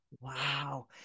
Wow